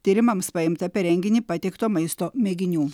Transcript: tyrimams paimta per renginį pateikto maisto mėginių